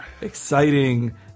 exciting